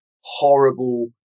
horrible